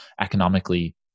economically